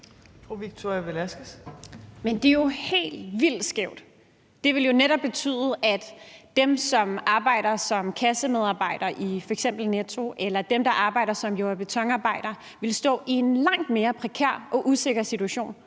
Men det er jo helt vildt skævt. Det vil netop betyde, at dem, som arbejder som kassemedarbejder i f.eks. Netto, eller dem, der arbejder som jord- og betonarbejder, vil stå i en langt mere prekær og usikker situation,